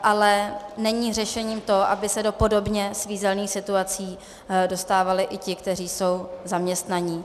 Ale není řešením to, aby se do podobně svízelných situací dostávali i ti, kteří jsou zaměstnaní.